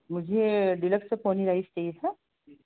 मुझे deluxe Ponni rice चाहिए था